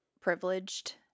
privileged